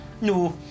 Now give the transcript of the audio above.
No